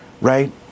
right